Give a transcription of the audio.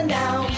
now